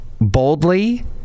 boldly